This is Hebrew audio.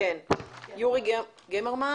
גמרמן